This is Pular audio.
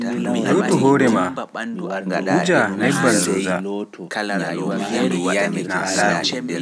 lotu horeema nwuja nebban zoza.